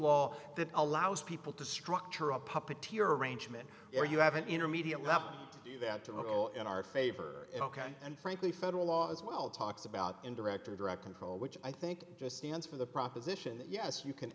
law that allows people to structure a puppet to arrangement where you have an intermediate level that tomorrow in our favor ok and frankly federal law as well talks about indirect or direct control which i think just stands for the proposition that yes you can